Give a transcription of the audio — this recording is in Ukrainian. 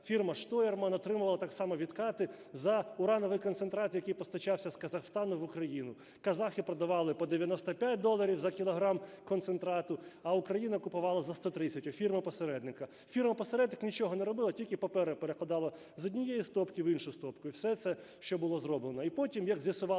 фірма "Штоерман" отримувала так само відкати за урановий концентрат, який постачався з Казахстану в Україну. Казахи продавали по 95 доларів за кілограм концентрату, а Україна купувала за 130 у фірмі-посередника. Фірма-посередник нічого не робила, тільки папери перекладала з однієї стопки в іншу стопку – все це, що було зроблено. І потім, як з'ясувало